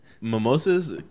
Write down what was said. mimosas